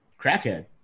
crackhead